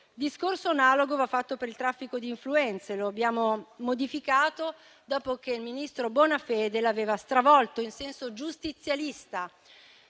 Discorso analogo va fatto per il traffico di influenze, che abbiamo modificato dopo che il ministro Bonafede l'aveva stravolto in senso giustizialista,